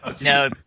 no